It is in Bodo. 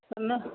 सोरनो